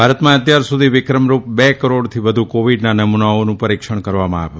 ભારતમાં અત્યાર સુધી વિક્રમરૂપ બે કરોડથી વધુ કોવીડના નમુનાઓનું પરીક્ષણ કરવામાં આવ્યું